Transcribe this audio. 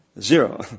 Zero